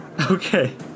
Okay